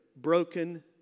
broken